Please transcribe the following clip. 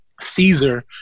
Caesar